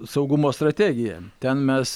saugumo strategiją ten mes